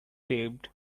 debt